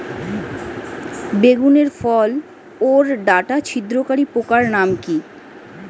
বেগুনের ফল ওর ডাটা ছিদ্রকারী পোকার নাম কি?